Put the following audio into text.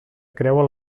creuen